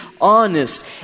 honest